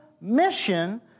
mission